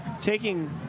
taking